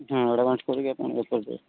ହୁଁ ଆଡଭାନ୍ସ କରିଦେବି ଆପଣ କରିଦେବେ